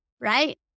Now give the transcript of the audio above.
right